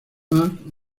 mark